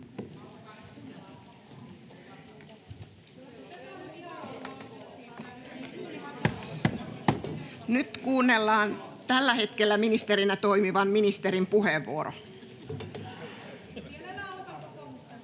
Nyt kuunnellaan tällä hetkellä ministerinä toimivan ministerin puheenvuoro. —